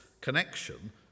connection